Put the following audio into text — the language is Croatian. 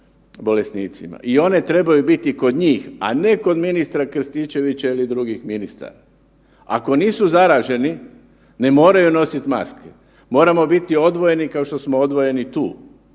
i one trebaju biti kod njih, a ne kod ministra Krstičevića ili drugih ministara. Ako nisu zaraženi, ne moraju nositi maske. Moramo biti odvojeni, ako što smo odvojeni tu